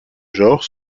genre